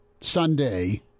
Sunday